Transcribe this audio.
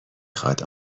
خواد